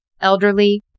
Elderly